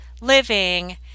living